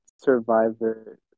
Survivor